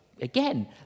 Again